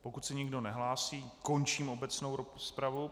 Pokud se nikdo nehlásí, končím obecnou rozpravu.